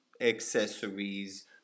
accessories